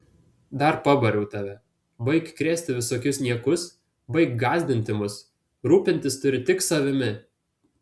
dar pabariau tave baik krėsti visokius niekus baik gąsdinti mus rūpintis turi tik savimi